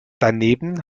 daneben